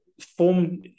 form